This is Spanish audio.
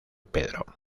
pedro